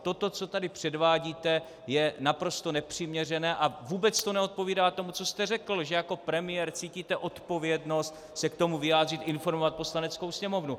Toto, co tady předvádíte, je naprosto nepřiměřené a vůbec to neodpovídá tomu, co jste řekl, že jako premiér cítíte odpovědnost se k tomu vyjádřit a informovat Poslaneckou sněmovnu.